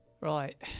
Right